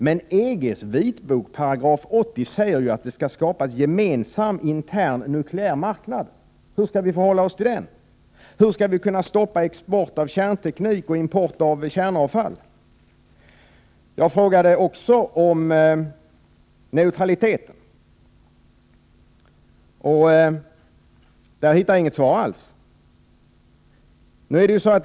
Men i 80 § i EG:s vitbok sägs det att det skall skapas en gemensam intern nukleär marknad. Hur skall vi förhålla oss 7 till den? Hur skall vi kunna stoppa export av kärnteknik och import av kärnavfall? Jag frågade också om neutraliteten. På den frågan fick jag inget svar alls.